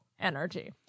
energy